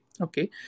Okay